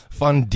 van